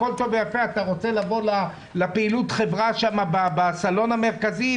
אם הוא רוצה לבוא לפעילות החברה בסלון המרכזי,